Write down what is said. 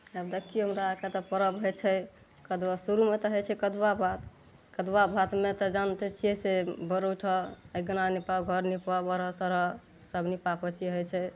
आब देखियौ हमरा आरके तऽ पर्व होइ छै कदुआ शुरुमे तऽ होइ छै कदुआ भात कदुआ भातमे तऽ जानिते छियै से भोरे उठऽ अइगिना नीपऽ घर नीपऽ बाहरऽ सोहरऽ सब नीपा पोती होइ छै